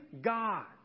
God